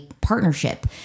partnership